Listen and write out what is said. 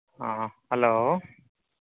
ᱦᱮᱸ ᱦᱮᱞᱳ